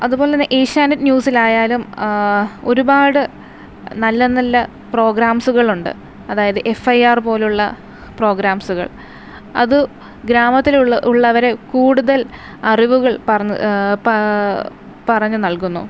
അതുപോലെ തന്നെ ഏഷ്യാനെറ്റ് ന്യൂസില് ആയാലും ഒരുപാട് നല്ല നല്ല പ്രോഗ്രാംസുകളുണ്ട് അതായത് എഫ് ഐ ആർ പോലുള്ള പ്രോഗ്രാംസുകൾ അത് ഗ്രാമത്തിലുള്ളവർ ഉള്ളവരെ കൂടുതൽ അറിവുകൾ പറഞ്ഞു നൽകുന്നു